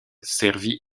servit